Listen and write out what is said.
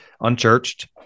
unchurched